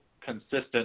consistent